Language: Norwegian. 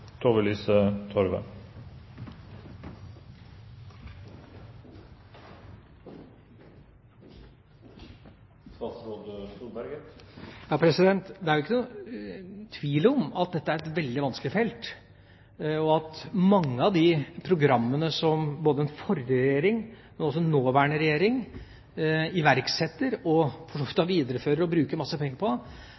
ikke noen tvil om at dette er et veldig vanskelig felt, og at mange av de programmene som den forrige regjeringa iverksatte, men også den nåværende regjeringa – og for så vidt